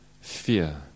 fear